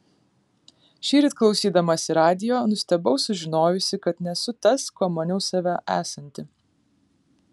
šįryt klausydamasi radijo nustebau sužinojusi kad nesu tas kuo maniau save esanti